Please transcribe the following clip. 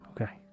Okay